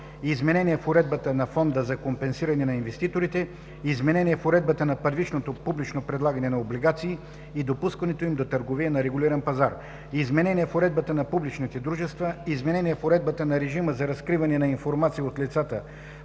изменения в уредбата на Фонда за компенсиране на инвеститорите; - изменения в уредбата на първичното публично предлагане на облигации и допускането им до търговия на регулиран пазар; - изменения в уредбата на публичните дружества; - изменения в уредбата на режима за разкриване на информация от лицата